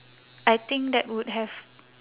I think that would have